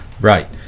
Right